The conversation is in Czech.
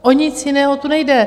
O nic jiného tu nejde.